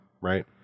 right